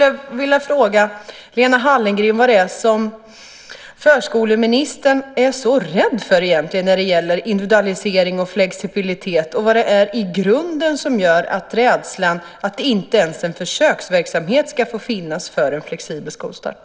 Jag vill fråga Lena Hallengren vad förskoleministern egentligen är så rädd för när det gäller individualisering och flexibilitet. Vad är det som i grunden skapar denna rädsla, så att det inte ens ska få finnas en försöksverksamhet med en flexibel skolstart?